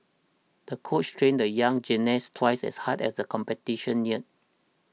the coach trained the young gymnast twice as hard as the competition neared